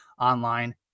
online